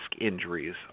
injuries